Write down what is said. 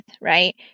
right